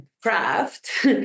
craft